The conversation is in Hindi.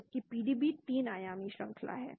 जबकि पीडीबी 3 आयामी संरचना रखता है